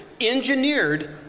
engineered